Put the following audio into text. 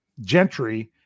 Gentry